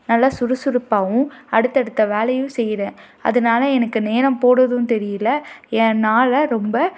நல்ல சுறுசுறுப்பாகவும் அடுத்தடுத்த வேலையும் செய்கிறேன் அதனால எனக்கு நேரம் போகிறதும் தெரியல என் நாளை ரொம்ப